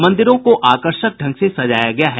मंदिरों को आकर्षक ढंग से सजाया गया है